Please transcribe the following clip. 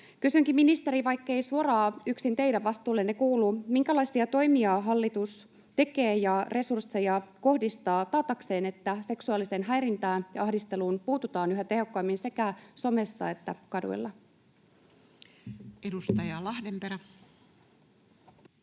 Kysynkin, ministeri, vaikkei se suoraan yksin teidän vastuullenne kuulu: minkälaisia toimia hallitus tekee ja resursseja kohdistaa taatakseen, että seksuaaliseen häirintään ja ahdisteluun puututaan yhä tehokkaammin sekä somessa että kaduilla? [Speech